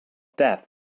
death